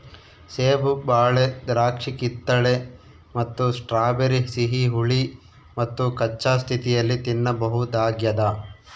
ಸೇಬು ಬಾಳೆ ದ್ರಾಕ್ಷಿಕಿತ್ತಳೆ ಮತ್ತು ಸ್ಟ್ರಾಬೆರಿ ಸಿಹಿ ಹುಳಿ ಮತ್ತುಕಚ್ಚಾ ಸ್ಥಿತಿಯಲ್ಲಿ ತಿನ್ನಬಹುದಾಗ್ಯದ